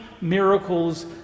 miracles